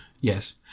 Yes